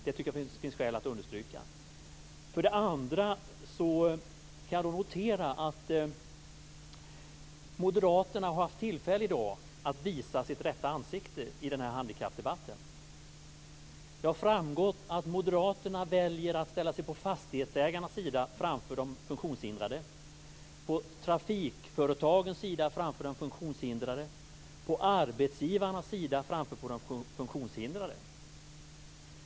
Det tycker jag finns skäl att understryka. För det andra kan jag notera att Moderaterna i dag i handikappdebatten har haft tillfälle att visa sitt rätta ansikte. Det har framgått att Moderaterna väljer att ställa sig på fastighetsägarnas sida framför de funktionshindrades, på trafikföretagens sida framför de funktionshindrades och på arbetsgivarnas sida framför de funktionshindrades.